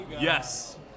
Yes